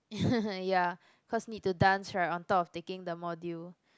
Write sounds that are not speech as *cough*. *laughs* ya cause need to dance right on top of taking the module